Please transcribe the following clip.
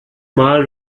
mal